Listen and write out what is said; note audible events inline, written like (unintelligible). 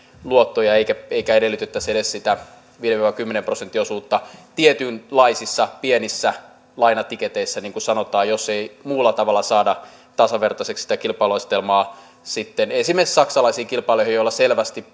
luottoja eikä edellytettäisi edes sitä viiden viiva kymmenen prosentin osuutta tietynlaisissa pienissä lainatiketeissä niin kuin sanotaan jos ei muulla tavalla sitten saada tasavertaiseksi sitä kilpailuasetelmaa esimerkiksi saksalaisiin kilpailijoihin joilla selvästi (unintelligible)